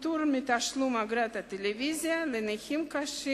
פטור מתשלום אגרת טלוויזיה לנכים קשים